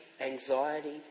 anxiety